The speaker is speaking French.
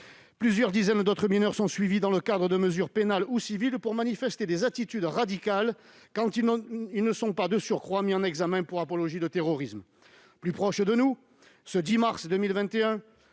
Plusieurs dizaines d'autres mineurs sont suivis dans le cadre de mesures pénales ou civiles pour manifester des attitudes radicales, quand ils ne sont pas, de surcroît, mis en examen pour apologie du terrorisme. Plus proche de nous, ce 10 mars 2021,